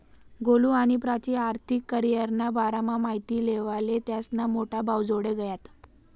गोलु आणि प्राची आर्थिक करीयरना बारामा माहिती लेवाले त्यास्ना मोठा भाऊजोडे गयात